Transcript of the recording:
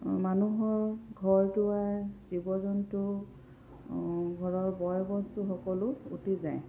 মানুহৰ ঘৰ দুৱাৰ জীৱ জন্তু ঘৰৰ বয় বস্তু সকলো উটি যায়